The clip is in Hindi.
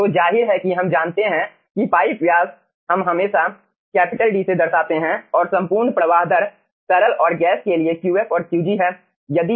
तो जाहिर है कि हम जानते हैं कि पाइप व्यास हम हमेशा कैपिटल डी से दर्शाते हैं और संपूर्ण प्रवाह दर तरल और गैस के लिए Qf और Qg है